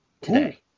today